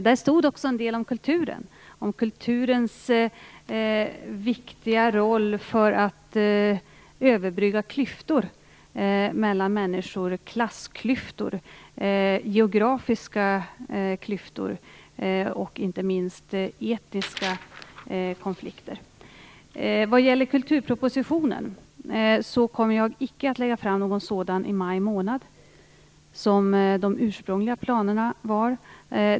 Där stod en del om kulturen, om kulturens viktiga roll för att överbrygga klyftor mellan människor, klassklyftor, geografiska klyftor och inte minst etiska konflikter. Vad gäller kulturpropositionen kommer jag icke att lägga fram någon sådan i maj, som de ursprungliga planerna var.